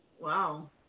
wow